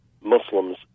Muslims